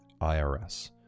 irs